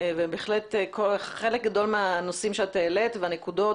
ובהחלט חלק גדול מהנושאים שאת העלית והנקודות,